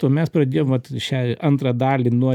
mes pradėjom vat šią antrą dalį nuo